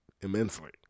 immensely